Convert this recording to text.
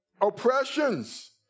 oppressions